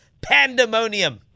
pandemonium